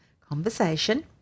conversation